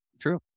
True